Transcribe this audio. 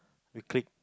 we click